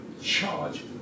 charge